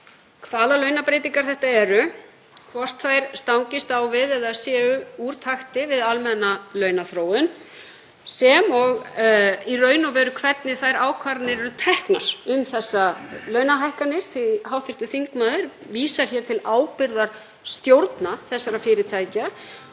hvaða launabreytingar þetta eru, hvort þær stangist á við eða séu úr takti við almenna launaþróun sem og hvernig ákvarðanir eru teknar um þessar launahækkanir. Hv. þingmaður vísar hér til ábyrgðar stjórna umræddra fyrirtækja